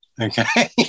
Okay